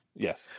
Yes